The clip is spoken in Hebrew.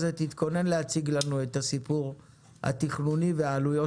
תתכונן להציג לנו את הסיפור התכנוני והעלויות